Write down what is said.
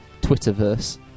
Twitter-verse